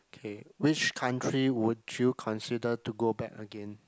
okay which country would you consider to go back again